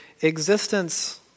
existence